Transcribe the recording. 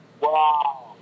Wow